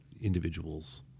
individuals